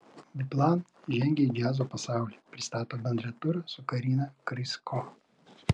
biplan žengia į džiazo pasaulį pristato bendrą turą su karina krysko